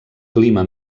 clima